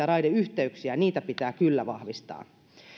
raideyhteyksiä mutta niitä pitää kyllä vahvistaa